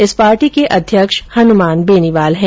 इस पार्टी के अध्यक्ष हनुमान बेनीवाल है